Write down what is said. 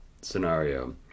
scenario